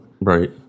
Right